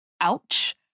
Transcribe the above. Ouch